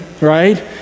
right